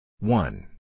One